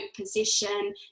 position